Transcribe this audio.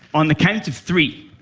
on the count of three,